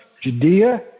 Judea